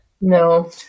No